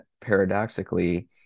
paradoxically